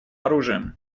оружием